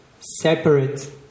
separate